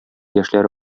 яшьләре